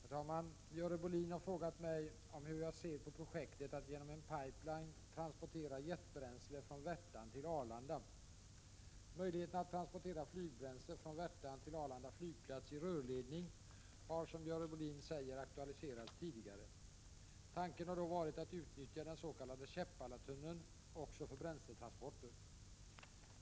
Herr talman! Görel Bohlin har frågat mig om hur jag ser på projektet att genom en pipeline transportera jetbränsle från Värtan till Arlanda. Möjligheterna att transportera flygbränsle från Värtan till Arlanda flygplats i rörledning har som Görel Bohlin säger aktualiserats tidigare. Tanken har då varit att utnyttja den s.k. Käppalatunneln också för bränsletransporter.